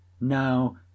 now